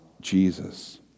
Jesus